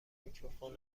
میکروفون